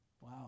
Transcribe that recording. Wow